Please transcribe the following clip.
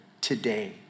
today